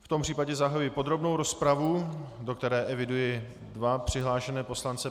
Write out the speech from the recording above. V tom případě zahajuji podrobnou rozpravu, do které eviduji dva přihlášené poslance.